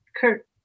Kurt